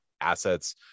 assets